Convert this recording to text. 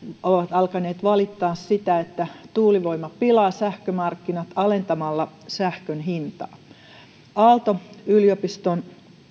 alkaneet valittaa sitä että tuulivoima pilaa sähkömarkkinat alentamalla sähkön hintaa aalto yliopiston